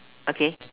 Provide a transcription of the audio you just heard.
okay